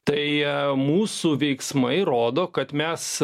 tai mūsų veiksmai rodo kad mes